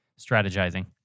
strategizing